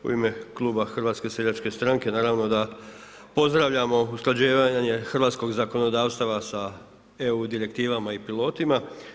U ime Kluba HSS-a naravno da pozdravljamo usklađivanje hrvatskog zakonodavstava sa EU direktivama i pilotima.